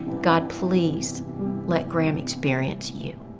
god, please let graham experience you.